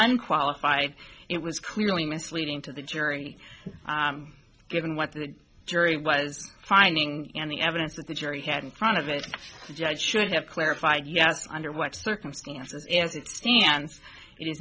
unqualified it was clearly misleading to the jury given what the jury was finding and the evidence that the jury had in front of the judge should have clarified yes under what circumstances as it